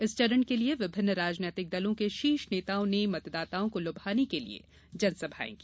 इस चरण के लिये विभिन्न राजनैतिक दलों के शीर्ष नेताओं ने मतदाताओं को लुभाने के लिये जनसभाएं की